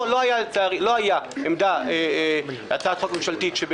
לא הייתה הצעת חוק ממשלתית,